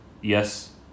yes